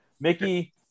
Mickey